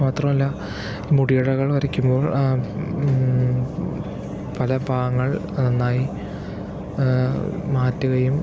മാത്രമല്ല മുടിയിഴകൾ വരയ്ക്കുമ്പോൾ പല ഭാഗങ്ങൾ നന്നായി മാറ്റുകയും